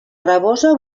rabosa